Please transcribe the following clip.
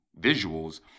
visuals